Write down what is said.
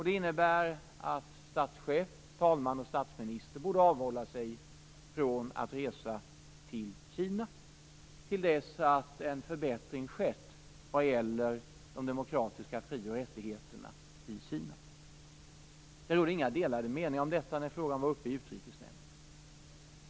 Det innebär att statschef, talman och statsminister borde avhålla sig från att resa till Kina fram till dess att en förbättring skett vad gäller de demokratiska fri och rättigheterna i Kina. Det rådde inga delade meningar om detta då frågan var uppe i Utrikesnämnden.